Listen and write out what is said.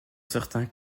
certains